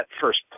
first